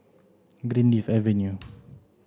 Greenleaf Avenue